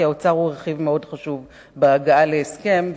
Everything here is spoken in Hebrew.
כי האוצר הוא רכיב חשוב מאוד בהגעה להסכם,